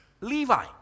Levi